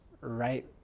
right